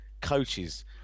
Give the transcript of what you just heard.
coaches